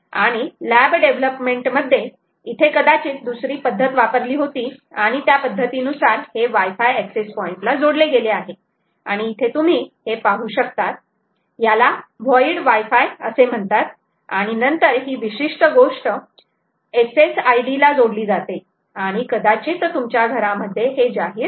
आणि lab development मध्ये इथे कदाचित दुसरी पद्धत वापरली होती आणि त्या पद्धतीनुसार हे वाय फाय एक्सेस पॉइंट ला जोडले गेले आहे आणि इथे तुम्ही हे पाहू शकतात याला व्हॉइड वाय फाय असे म्हणतात आणि नंतर ही विशिष्ट गोष्ट SSID ला जोडली जाते आणि कदाचित तुमच्या घरा मध्ये हे जाहीर केले असेल